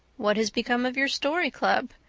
what has become of your story club?